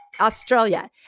Australia